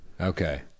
okay